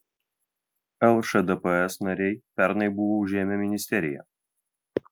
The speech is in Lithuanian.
lšdps nariai pernai buvo užėmę ministeriją